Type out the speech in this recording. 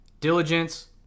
diligence